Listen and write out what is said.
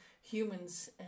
humans